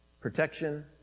protection